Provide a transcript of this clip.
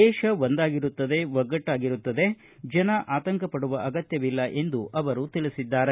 ದೇಶ ಒಂದಾಗಿರುತ್ತದೆ ಒಗ್ಗಟ್ಟಾಗಿರುತ್ತದೆ ಜನ ಆತಂಕ ಪಡುವ ಅಗತ್ಯವಿಲ್ಲ ಎಂದು ತಿಳಿಸಿದ್ದಾರೆ